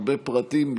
הרבה פרטים.